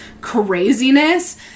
craziness